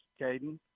Caden